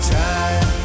time